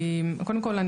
קודם כול,